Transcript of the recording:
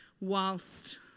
whilst